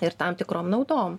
ir tam tikrom naudom